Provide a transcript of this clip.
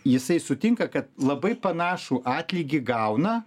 jisai sutinka kad labai panašų atlygį gauna